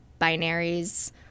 binaries